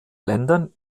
ländern